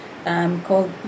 Called